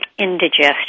indigestion